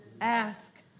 Ask